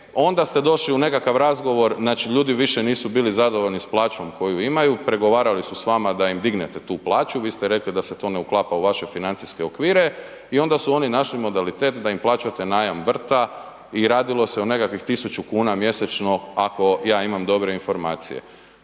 onda ste došli u nekakav razgovor, znači ljudi više nisu bili zadovoljni s plaćom koju imaju, pregovarali su se s vama da im dignete tu plaću, vi ste rekli da se to ne uklapa u vaše financijske okvire i onda su oni našli modalitet da im plaćate najam vrta i radilo se o nekakvih 1000 kuna mjesečno ako ja imam dobre informacije.